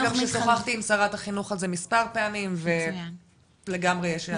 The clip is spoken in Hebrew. שוחחתי עם שרת החינוך על זה מספר פעמים ולגמרי יש היענות.